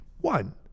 One